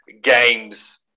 games